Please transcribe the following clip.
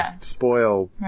spoil